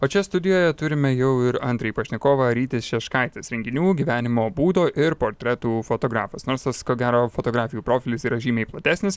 o čia studijoje turime jau ir antrąjį pašnekovą rytis šeškaitis renginių gyvenimo būdo ir portretų fotografas nors tas ko gero fotografijų profilis yra žymiai platesnis